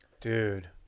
Dude